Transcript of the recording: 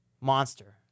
Monster